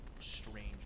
strange